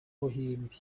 ruhimbi